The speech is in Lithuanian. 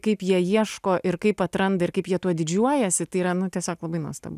kaip jie ieško ir kaip atranda ir kaip jie tuo didžiuojasi tai yra nu tiesiog labai nuostabu